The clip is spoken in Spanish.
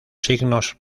signos